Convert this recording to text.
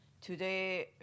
Today